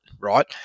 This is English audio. right